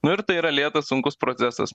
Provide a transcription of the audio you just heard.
nu ir tai yra lėtas sunkus procesas